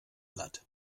platt